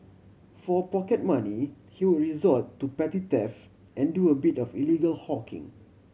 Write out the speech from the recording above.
for pocket money he would resort to petty theft and do a bit of illegal hawking